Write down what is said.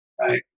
Right